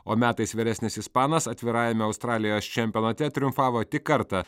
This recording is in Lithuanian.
o metais vyresnis ispanas atvirajame australijos čempionate triumfavo tik kartą